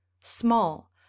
small